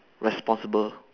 responsible